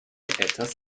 etwas